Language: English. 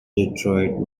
detroit